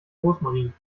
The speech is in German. rosmarin